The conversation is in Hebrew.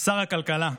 שר הכלכלה,